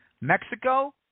Mexico